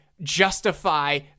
justify